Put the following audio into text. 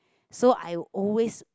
so I always